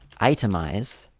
itemize